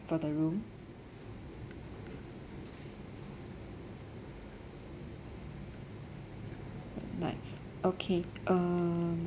for the room like okay um